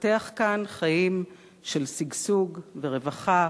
לפתח כאן חיים של שגשוג ורווחה,